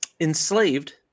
enslaved